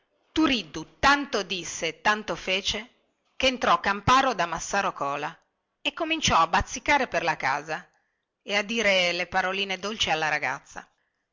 turiddu tanto disse e tanto fece che entrò camparo da massaro cola e cominciò a bazzicare per la casa e a dire le paroline dolci alla ragazza